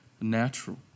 natural